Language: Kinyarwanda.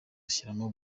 ashyiramo